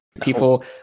people